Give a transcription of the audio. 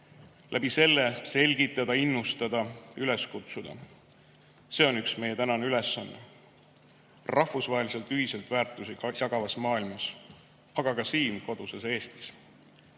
läbi selle selgitada, innustada, üles kutsuda. See on üks meie tänane ülesanne rahvusvaheliselt ühiselt väärtusi jagavas maailmas, aga ka siin koduses Eestis.